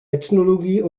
ethnologie